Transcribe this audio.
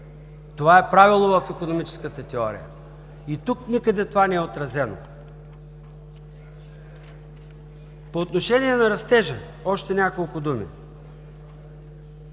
Това е правило в икономическата теория. Тук никъде това не е отразено. По отношение на растежа още няколко думи.